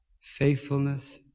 Faithfulness